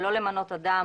שלא למנות אדם